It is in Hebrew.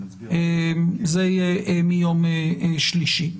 זה יהיה מיום שלישי.